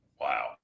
Wow